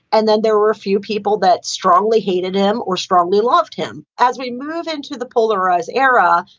and then there were a few people that strongly hated him or strongly loved him. as we move into the polarized era,